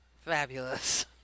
Fabulous